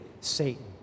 Satan